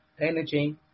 energy